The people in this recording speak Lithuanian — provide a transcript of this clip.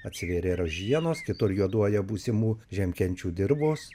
atsivėrė ražienos kitur juoduoja būsimų žiemkenčių dirvos